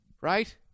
right